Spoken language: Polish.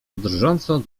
drżącą